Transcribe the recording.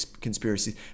conspiracies